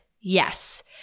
Yes